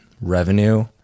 revenue